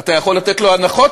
אתה יכול לתת לו הנחות,